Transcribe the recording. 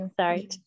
Sorry